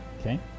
Okay